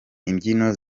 imbyino